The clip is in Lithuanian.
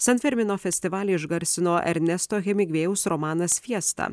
san fermino festivalį išgarsino ernesto hemigvėjaus romanas fiesta